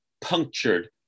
punctured